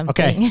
Okay